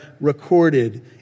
recorded